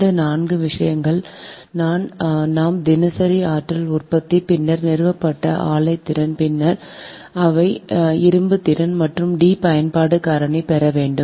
இந்த நான்கு விஷயங்கள் நாம் தினசரி ஆற்றல் உற்பத்தி பின்னர் நிறுவப்பட்ட ஆலை திறன் பின்னர் ஆலை இருப்பு திறன் மற்றும் D பயன்பாட்டு காரணி பெற வேண்டும்